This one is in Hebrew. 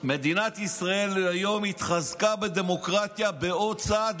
מדינת ישראל היום התחזקה בדמוקרטיה בעוד צעד,